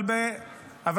חס ושלום.